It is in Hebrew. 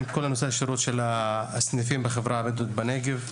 את כל נושא השירות של הסניפים בחברה הבדואית בנגב.